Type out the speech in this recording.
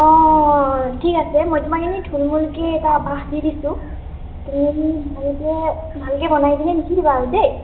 অ ঠিক আছে মই তোমাক এনে থূলমুলকৈ এটা আভাস দি দিছোঁ তুমি ভালকৈ ভালকৈ বনাই পেলাই লিখি দিবা আৰু দেই